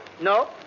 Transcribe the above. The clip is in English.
No